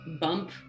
bump